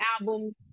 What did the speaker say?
albums